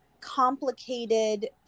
complicated